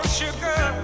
sugar